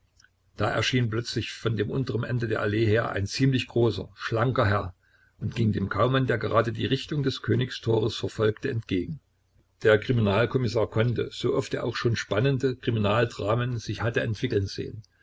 da erschien plötzlich von dem unteren ende der allee her ein ziemlich großer schlanker herr und ging dem kaumann der gerade die richtung des königs tores verfolgte entgegen der kriminalkommissar konnte so oft er auch schon spannende kriminaldramen sich hatte entwickeln sehen